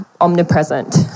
omnipresent